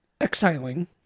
exiling